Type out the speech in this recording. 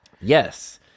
Yes